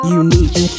unique